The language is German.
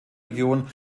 region